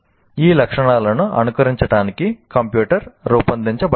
ఈ లక్షణాలను అనుకరించటానికి కంప్యూటర్ రూపొందించబడింది